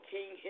King